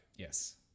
Yes